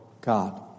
God